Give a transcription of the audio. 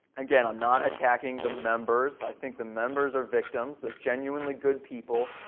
again, i'm not attacking the members. i think the members are victims, they're genuinely good people.